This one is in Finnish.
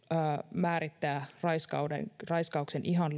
määrittää raiskauksen raiskauksen ihan